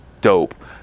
dope